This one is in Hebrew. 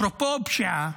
אפרופו פשיעה,